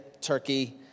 Turkey